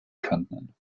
können